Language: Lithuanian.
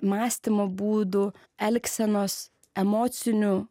mąstymo būdų elgsenos emocinių